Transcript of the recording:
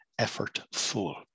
effortful